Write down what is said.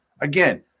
again